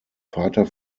vater